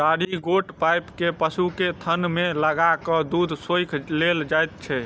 चारि गोट पाइप के पशुक थन मे लगा क दूध सोइख लेल जाइत छै